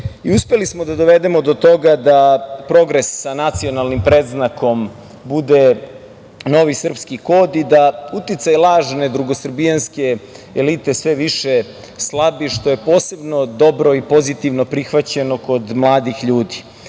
Evropi. Uspeli smo da dovedemo do toga da progres sa nacionalnim predznakom bude novi srpski kod i da uticaj lažne drugosrbijanske elite sve više slabi, što je posebno dobro i pozitivno prihvaćeno kod mladih ljudi. Vidi